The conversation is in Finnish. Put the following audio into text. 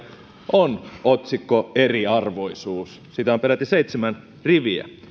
on otsikko eriarvoisuus sitä on peräti seitsemän riviä